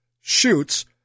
shoots